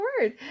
word